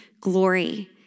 glory